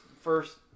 first